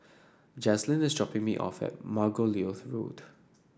Jazlyn is dropping me off at Margoliouth Road